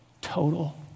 total